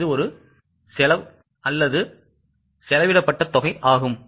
இது செலவிடப்பட்ட தொகை ஆகும்